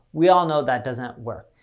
we all know that doesn't work.